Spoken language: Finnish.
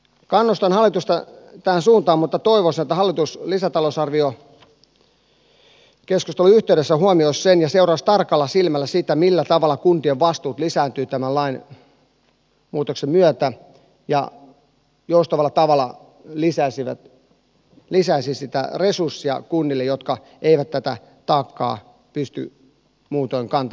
kannustan hallitusta tähän suuntaan mutta toivoisin että hallitus lisätalousarviokeskustelun yhteydessä huomioisi sen ja seuraisi tarkalla silmällä sitä millä tavalla kuntien vastuut lisääntyvät tämän lainmuutoksen myötä ja joustavalla tavalla lisäisi sitä resurssia kunnille jotka eivät tätä taakkaa pysty muutoin kantamaan